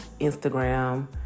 Instagram